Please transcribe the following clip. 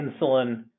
insulin